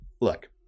Look